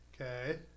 Okay